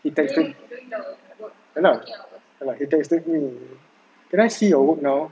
he texted !alah! he texted me can I see your work now